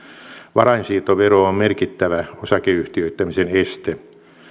varainsiirtovero on merkittävä osakeyhtiöittämisen este